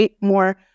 more